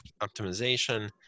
optimization